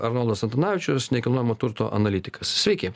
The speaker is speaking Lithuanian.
arnoldas antanavičius nekilnojamo turto analitikas sveiki